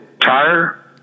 tire